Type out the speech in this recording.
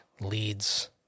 leads